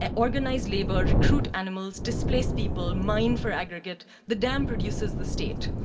ah organize labor, recruit animals, displace people, mine for aggregate. the dam produces the state.